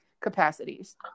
capacities